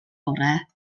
orau